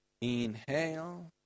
inhale